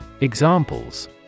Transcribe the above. Examples